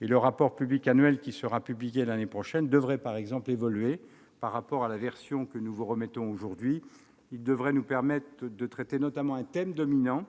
Le rapport public annuel qui sera publié l'année prochaine devrait par exemple évoluer par rapport à la version que nous vous remettons aujourd'hui. Il devrait nous permettre de traiter notamment un thème dominant,